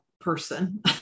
person